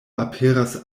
aperas